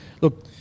look –